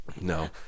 No